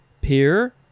peer